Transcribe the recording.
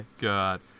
god